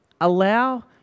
Allow